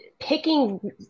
picking –